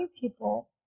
people